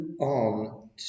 on